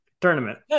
Tournament